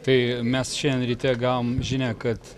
tai mes šiandien ryte gavom žinią kad